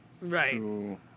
Right